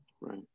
Right